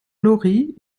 laurie